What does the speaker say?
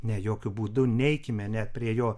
ne jokiu būdu neikime net prie jo